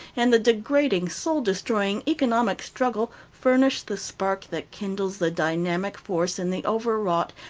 and the degrading, soul-destroying economic struggle, furnish the spark that kindles the dynamic force in the overwrought,